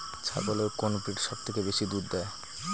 ছাগলের কোন ব্রিড সবথেকে বেশি দুধ দেয়?